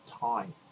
time